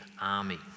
army